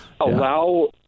Allow